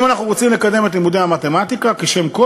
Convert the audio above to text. אם אנחנו רוצים לקדם את לימודי המתמטיקה כשם קוד,